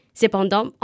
Cependant